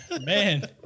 man